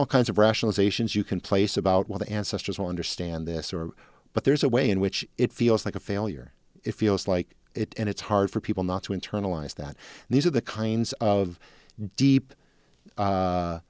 all kinds of rationalizations you can place about what the ancestors will understand this or but there's a way in which it feels like a failure if you like it and it's hard for people not to internalize that these are the kinds of deep